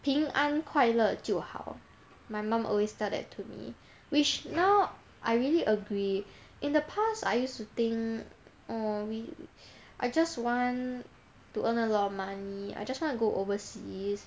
平安快乐就好 my mum always tell that to me which now I really agree in the past I used to think oh we I just want to earn a lot of money I just want to go overseas